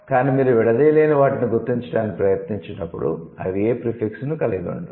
కానీ మీరు విడదీయలేని వాటిని గుర్తించడానికి ప్రయత్నించినప్పుడు ఇవి ఏ ప్రీఫిక్స్ ను కలిగి ఉండవు